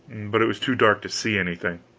but it was too dark to see anything.